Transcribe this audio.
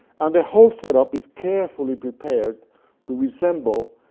and the whole set up is carefully prepared to resemble